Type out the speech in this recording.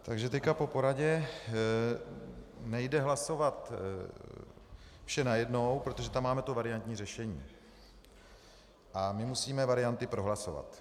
Takže teď po poradě nejde hlasovat vše najednou, protože tam máme to variantní řešení a my musíme varianty prohlasovat.